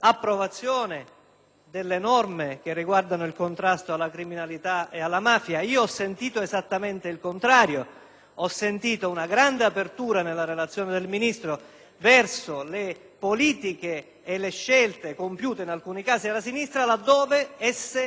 delle norme che riguardano il contrasto alla criminalità e alla mafia. Io ho sentito esattamente il contrario: nella relazione del Ministro ho sentito una grande apertura verso le politiche e le scelte compiute in alcuni casi dalla sinistra, laddove esse presentavano